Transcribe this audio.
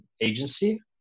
agency